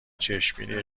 چشمگیری